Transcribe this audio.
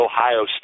Ohio